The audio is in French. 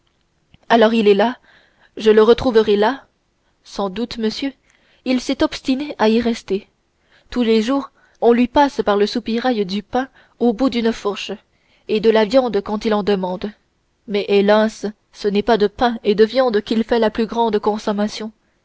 alors il est là je le retrouverai là sans doute monsieur il s'est obstiné à y rester tous les jours on lui passe par le soupirail du pain au bout d'une fourche et de la viande quand il en demande mais hélas ce n'est pas de pain et de viande qu'il fait la plus grande consommation